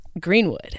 Greenwood